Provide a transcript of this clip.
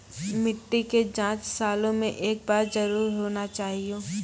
मिट्टी के जाँच सालों मे एक बार जरूर होना चाहियो?